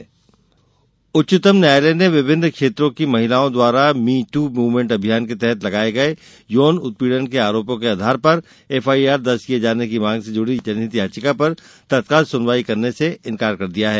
उच्चतम न्यायालय इंकार उच्चतम न्यायालय ने विभिन्न क्षेत्रों की महिलाओं द्वारा मी दू मूवमेंट अभियान के तहत लगाए गए यौन उत्पीड़न के आरोपों के आधार पर एफ आई आर दर्ज किए जाने की मांग से जुड़ी जनहित याचिका पर तत्काल सुनवाई करने से इंकार कर दिया है